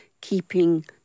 keeping